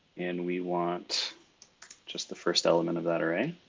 and we want just the first element of that array.